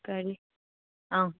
ꯀꯔꯤ ꯑꯥ